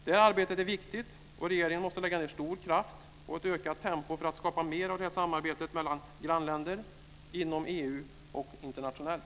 Det arbetet är viktigt, och regeringen måste lägga ned stor kraft och ett ökat tempo för att skapa mer av detta samarbete mellan grannländer, inom EU och internationellt.